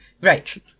Right